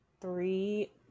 three